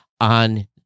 on